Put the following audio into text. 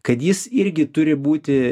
kad jis irgi turi būti